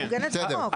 היא מעוגנת בחוק.